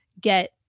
get